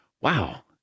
Wow